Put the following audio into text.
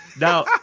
Now